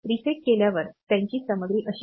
reset केल्यावर त्यांची सामग्री अशीच असेल